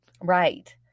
Right